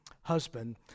husband